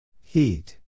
Heat